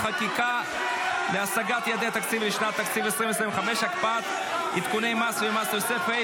חקיקה להשגת יעדי התקציב לשנת התקציב 2025) (הקפאת עדכוני מס ומס יסף),